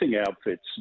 outfits